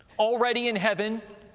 already in heaven,